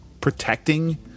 protecting